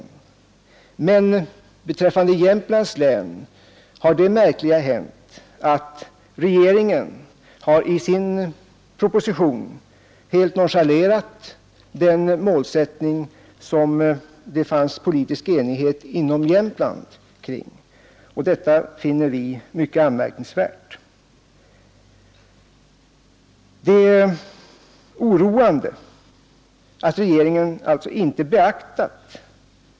Men beträffande Jämtlands län har det märkliga hänt att regeringen i sin proposition har nonchalerat den målsättning som det fanns politisk enighet kring inom Jämtland. Och detta finner vi mycket anmärkningsvärt!